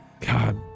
God